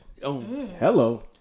hello